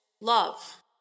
love